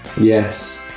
Yes